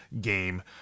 Game